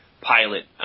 pilot